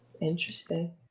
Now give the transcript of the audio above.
Interesting